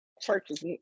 churches